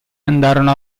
andarono